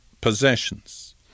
possessions